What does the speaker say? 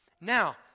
Now